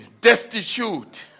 destitute